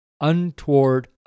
untoward